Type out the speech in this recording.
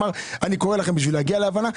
אמר שהוא קורא לנו כדי להגיע להבנה.